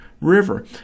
river